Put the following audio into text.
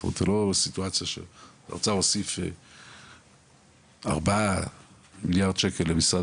זאת אומרת זה לא סיטואציה שהאוצר הוסיף 4 מיליארד שקל למשרד